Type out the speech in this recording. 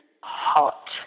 hot